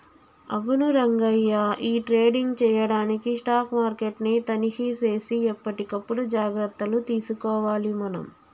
అవును రంగయ్య ఈ ట్రేడింగ్ చేయడానికి స్టాక్ మార్కెట్ ని తనిఖీ సేసి ఎప్పటికప్పుడు జాగ్రత్తలు తీసుకోవాలి మనం